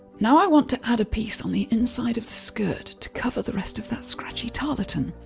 now i want to add a piece on the inside of the skirt, to cover the rest of that scratchy tarlatan,